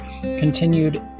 continued